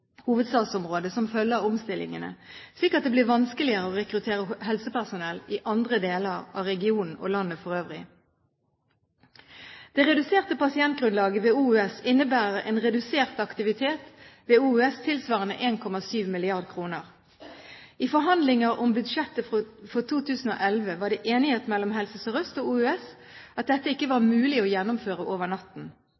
hovedstadsområdet som følge av omstillingene slik at det blir vanskeligere å rekruttere helsepersonell i andre deler av regionen og landet for øvrig. Det reduserte pasientgrunnlaget ved Oslo universitetssykehus innebærer en redusert aktivitet tilsvarende 1,7 mrd. kr. I forhandlinger om budsjettet for 2011 var det enighet mellom Helse Sør-Øst og Oslo Universitetssykehus om at dette ikke var